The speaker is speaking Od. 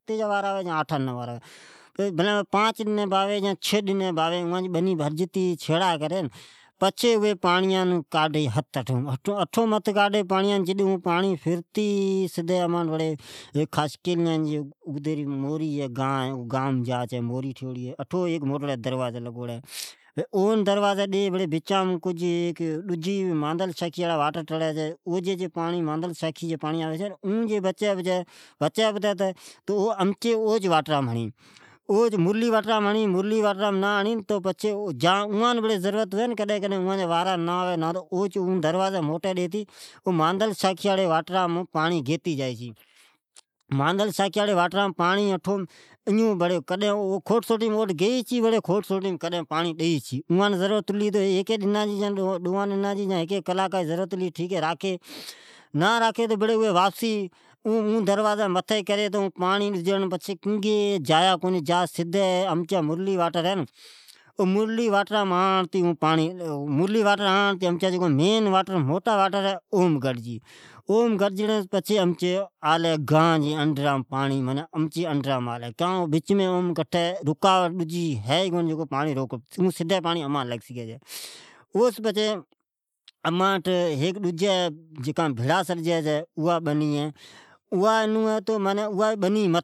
ھفتی جا وارا آٹھان ڈنان جا وارا آوی، پانچ دنی یا چھی ڈن باوی اوا جی بنی بھرجتی چھیڑا کری پچھے اوہ اٹھو مین کاڈی ہتھ پچھے اگتے ھیک"خاصخیلی"جی گائن جا چھے اٹھو بھے ھیک در لگوڑی ھیی پچھے امانٹھ آوی چھے پانڑی ۔"تو ماندھل"ساکھی یاڑی پاڑی پڑی ڈجی واٹرام آوی چھے جکو اٹو بھیڑی ھوی چھے ،کڈھن اوم واٹرام پانڑی گئی چھے ہا تو ڈی چھے ۔ھیک کلاکی ہا ھیکی دناڑی ۔ پچھے اون پانڑی امچی واٹرامین آوی چھے اون پانڑی سدی امان لگی چھے ، اوس پچھے ھیک ڈجی بنی ھی اوا بڑا اوا بی بھراوی چھی